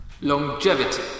Longevity